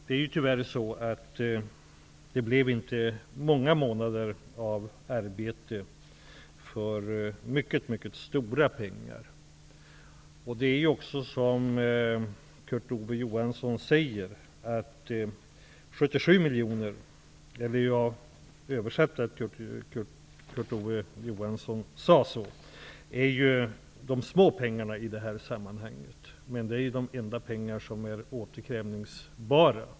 Det blev tyvärr inte många månader av arbete för mycket mycket stora pengar. Som jag tolkar Kurt Ove Johansson så är ju de 77 miljonerna de små pengarna i det här sammanhanget, men det är ju de enda pengar som är återkrävningsbara.